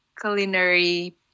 culinary